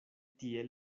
tie